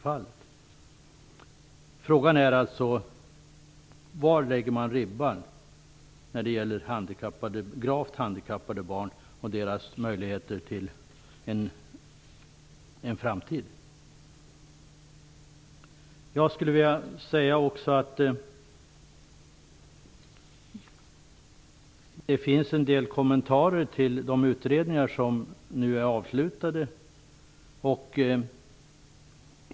Frågan är alltså: Var lägger man ribban när det gäller gravt handikappade barn och deras möjligheter till en framtid? Det finns en del kommentarer till de utredningar som nu är avslutade.